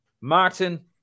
Martin